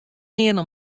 nearne